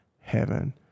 heaven